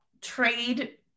trade